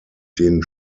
denen